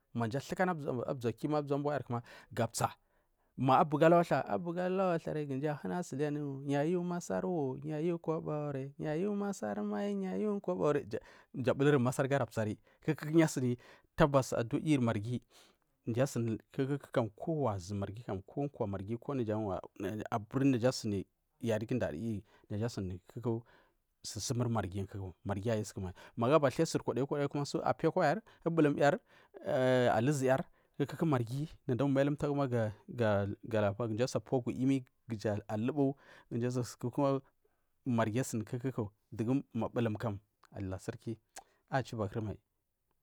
Mmji athukana arzambo yarkima arzaki yarkuma ga upba ma abuga alawa thla abuga alawa athlari ma mdugu yu masar aptsari yayu masar mai yayu kobori yayu masar mol yayu kobori mji abulinn masar ga alaruptsari kuku yu asuni tabas zur marghi asunikuku ko kwa marghi naja asuni aburi zumaghi ku kwa marghi naja suri aburi naja zumarghi ku kwamarghi naja suni aburi naja suni yariguda naja asuni kuku sursumuri marghi magu abathai sur kwadai kwadai ku ko dugu piyakwayar ubuhumyar luzuyar kuku marghi nada uturi mai alumtagu ga paya mji asa pogu agu emi kuga apida kuja lubu kuma marghi asuni kuku dugu ma buhim kam allah sarki achibak kurmai.